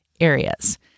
areas